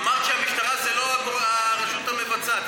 אמרת שהמשטרה זה לא הרשות המבצעת,